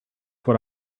what